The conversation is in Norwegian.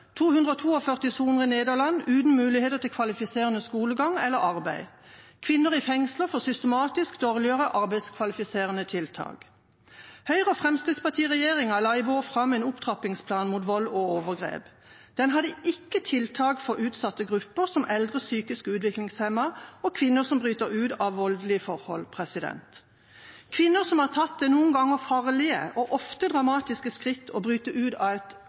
soner i Nederland, uten muligheter til kvalifiserende skolegang eller arbeid. Kvinner i fengsler får systematisk dårligere arbeidskvalifiserende tiltak. Høyre–Fremskrittsparti-regjeringa la i vår fram en opptrappingsplan mot vold og overgrep. Den hadde ikke tiltak for utsatte grupper, som eldre, psykisk utviklingshemmede og kvinner som bryter ut av voldelige forhold. Kvinner som har tatt det noen ganger farlige og ofte dramatiske skrittet det er å bryte ut